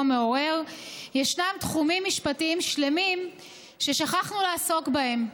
מעורר ישנם תחומים משפטיים שלמים ששכחנו לעסוק בהם.